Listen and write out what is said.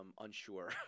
unsure